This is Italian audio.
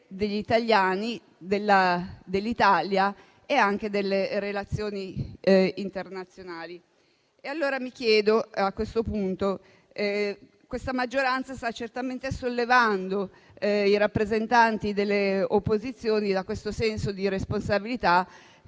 degli italiani, dell'Italia e anche delle relazioni internazionali. Questa maggioranza sta certamente sollevando i rappresentanti delle opposizioni da questo senso di responsabilità,